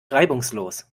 reibungslos